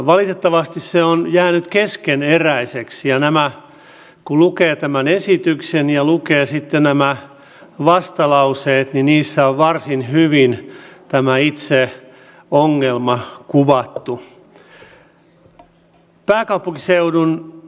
valitettavasti se on jäänyt keskeneräiseksi ja kun lukee tämän esityksen ja lukee sitten nämä vastalauseet niin niissä on varsin hyvin tämä itse ongelma kuvattu